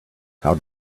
how